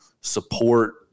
support